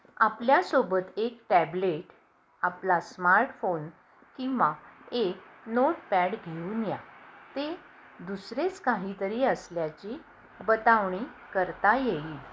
आपल्यासोबत एक टॅबलेट आपला स्मार्टफोन किंवा एक नोटपॅड घेऊन या ते दुसरेच काहीतरी असल्याची बतावणी करता येईल